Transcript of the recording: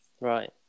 Right